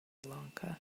lanka